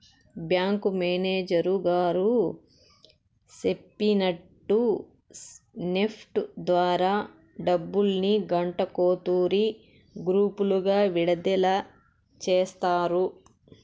bank manager గారు సెప్పినట్టు NEFT ద్వారా డబ్బుల్ని గంటకో తూరి గ్రూపులుగా విడదల సేస్తారు